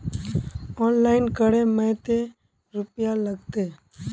Online करे में ते रुपया लगते?